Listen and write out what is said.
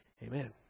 Amen